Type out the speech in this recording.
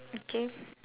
okay